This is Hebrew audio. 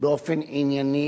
באופן ענייני,